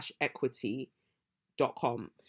equity.com